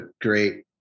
great